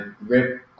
RIP